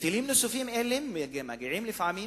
היטלים נוספים אלה מגיעים לפעמים,